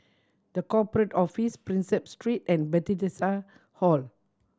The Corporate Office Prinsep Street and Bethesda Hall